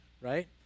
right